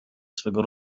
swego